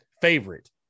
favorite